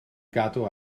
gadw